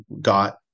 got